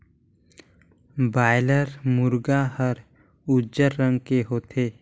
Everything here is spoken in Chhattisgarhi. बॉयलर मुरगा हर उजर रंग के होथे